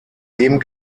dem